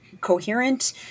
coherent